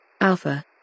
Alpha